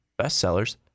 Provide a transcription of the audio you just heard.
bestsellers